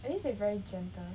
at least it's very gentle